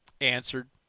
answered